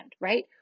right